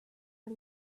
not